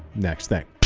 next thing.